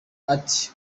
ati